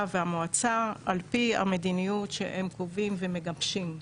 והמועצה על פי המדיניות שהם קובעים ומגבשים.